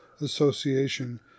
association